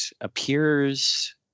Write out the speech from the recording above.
appears